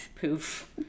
poof